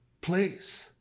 place